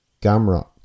Gamrot